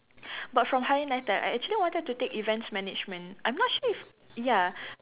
but from higher nitec I actually wanted to take events management I'm not sure if ya